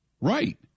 right